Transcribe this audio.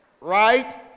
Right